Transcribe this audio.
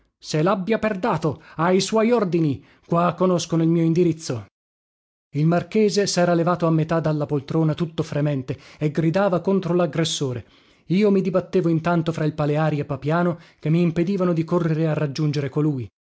se labbia per dato ai suoi ordini qua conoscono il mio indirizzo il marchese sera levato a metà dalla poltrona tutto fremente e gridava contro laggressore io mi dibattevo intanto fra il paleari e papiano che mi impedivano di correre a raggiungere colui